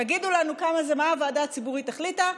תגידו לנו מה הוועדה הציבורית החליטה,